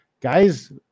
guys